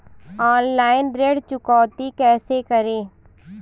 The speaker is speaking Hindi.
ऑनलाइन ऋण चुकौती कैसे करें?